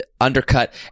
undercut